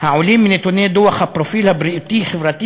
העולה מנתוני דוח הפרופיל הבריאותי-חברתי